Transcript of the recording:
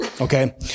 Okay